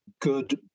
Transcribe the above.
good